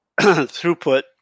throughput